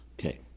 Okay